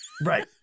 Right